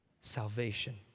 salvation